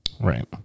Right